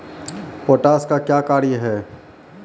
Potash का क्या कार्य हैं?